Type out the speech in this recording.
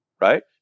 right